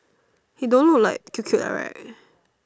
he don't look like cute cute right